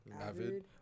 Avid